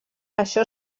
això